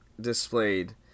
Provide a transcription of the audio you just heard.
displayed